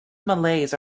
malays